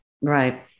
Right